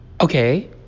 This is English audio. okay